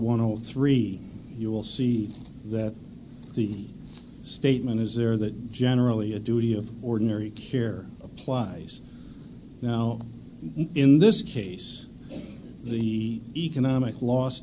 hundred three you will see that the statement is there that generally a duty of ordinary care applies now in this case the economic los